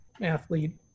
athlete